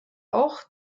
auch